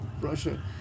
Russia